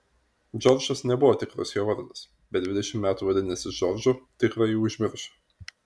džordžas nebuvo tikras jo vardas bet dvidešimt metų vadinęsis džordžu tikrąjį užmiršo